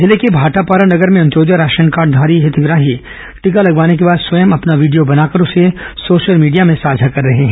जिले के भाटापारा नगर में अंत्योदय राशन कार्डधारी हितग्राही टीका लगवाने के बाद स्वयं अपना वीडियो बनाकर उसे सोशल मीडिया में साझा कर रहें हैं